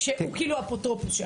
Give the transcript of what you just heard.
שהוא כאילו האפוטרופוס שלה?